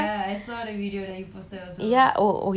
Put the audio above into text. ya oh oh ya ya you did watch right it was